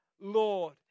Lord